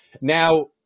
Now